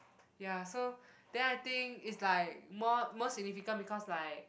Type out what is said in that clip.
ya so then I think it's like more more significant because like